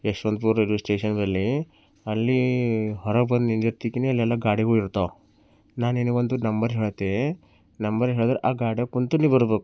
ಯಶ್ವಂತ ಪುರ ರೈಲ್ವೆ ಸ್ಟೇಷನಲ್ಲಿ ಅಲ್ಲಿ ಹೊರಗೆ ಬಂದು ನಿಂದಿರ್ತೀನಿ ಅಲ್ಲೆಲ್ಲ ಗಾಡಿಗಳು ಇರ್ತಾವ ನಾನು ನಿನಗೊಂದು ನಂಬರ್ ಹೇಳ್ತೆ ನಂಬರ್ ಹೇಳಿ ಆ ಗಾಡಿಯಾಗ ಕುಂತು ನಿ ಬರಬೇಕು